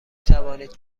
توانید